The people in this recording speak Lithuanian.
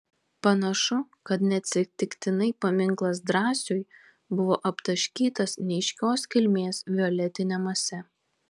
panašu kad neatsitiktinai paminklas drąsiui buvo aptaškytas neaiškios kilmės violetine mase